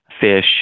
fish